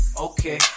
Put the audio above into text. Okay